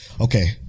okay